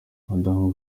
madamu